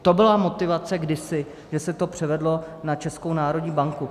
To byla motivace kdysi, že se to převedlo na Českou národní banku.